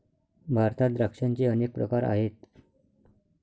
भारतात द्राक्षांचे अनेक प्रकार आहेत